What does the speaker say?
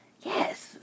Yes